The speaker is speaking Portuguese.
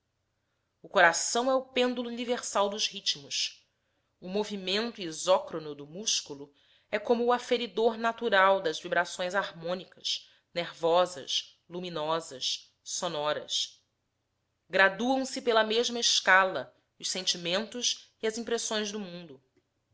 o coração é o pêndulo universal dos ritmos o movimento isócrono do músculo é como o aferidor natural das vibrações harmônicas nervosas luminosas sonoras graduam se pela mesma escala os sentimentos e as impressões do mundo